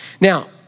Now